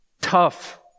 tough